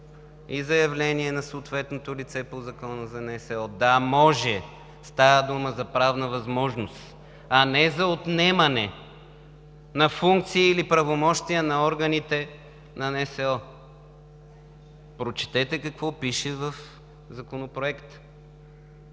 и заявление на съответното лице по Закона за НСО, да може! Става дума за правна възможност, а не за отнемане на функции или правомощия на органите на НСО. Прочетете какво пише в Законопроекта.